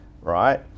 right